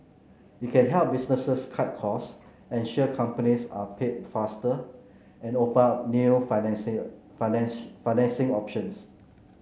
it can help businesses cut costs ensure companies are paid faster and open up new financing options